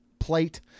plate